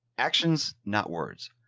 actions, not words.